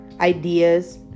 ideas